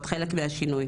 את חלק מהשינוי.